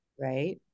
Right